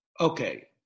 Okay